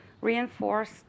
reinforce